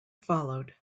followed